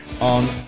on